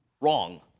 wrong